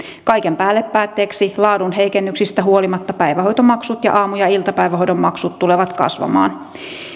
kaiken päälle päätteeksi laadun heikennyksistä huolimatta päivähoitomaksut ja aamu ja iltapäivähoidon maksut tulevat kasvamaan